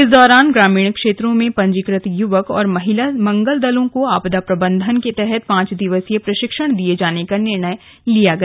इस दौरान ग्रामीण क्षेत्रों में पंजीकृत युवक एवं महिला मंगल दलों को आपदा प्रबन्धन के तहत पांच दिवसीय प्रशिक्षण दिये जाने का निर्णय लिया गया